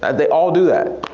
they all do that.